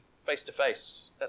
face-to-face